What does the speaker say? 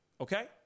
Okay